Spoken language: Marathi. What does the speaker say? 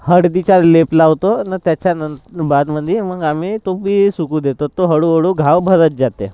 हळदीचा लेप लावतो नं त्याच्या बादमधी मग आम्ही तो बी सुकू देतो तो हळूहळू घाव भरत जाते